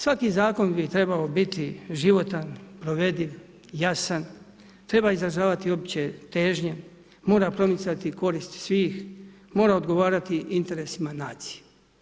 Svaki zakon bi trebao biti životan, provediv, jasan, treba izražavati opće težnje, mora promicati koristi svih, mora odgovarati interesima nacije.